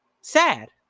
sad